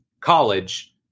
college